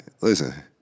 listen